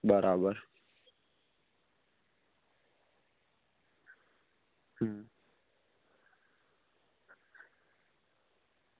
બરાબર હમ